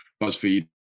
buzzfeed